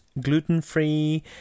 gluten-free